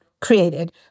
created